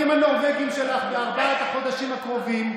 הנורבגים שלך בארבעת החודשים הקרובים,